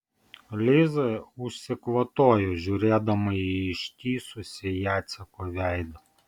liza užsikvatojo žiūrėdama į ištįsusį jaceko veidą